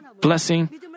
blessing